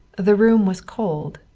the room was cold,